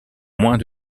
moins